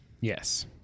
yes